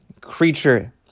creature